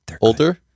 older